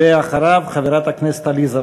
ואחריו, חברת הכנסת עליזה לביא.